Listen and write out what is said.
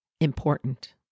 important